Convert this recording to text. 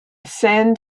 send